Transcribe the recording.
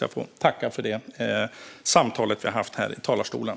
Jag får tacka för det samtal vi haft här i talarstolen.